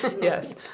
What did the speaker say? Yes